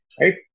right